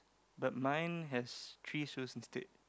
but mine has three shoes instead